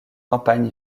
campagne